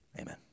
Amen